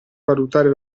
valutare